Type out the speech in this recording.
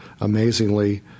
amazingly